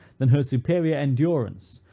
than her superior endurance,